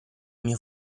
mio